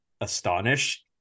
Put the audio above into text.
astonished